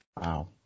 wow